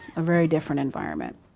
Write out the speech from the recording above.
a very different environment.